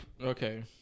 Okay